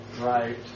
right